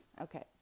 Okay